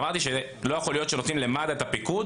אמרתי שלא יכול להיות שנותנים למד"א את הפיקוד